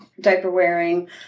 diaper-wearing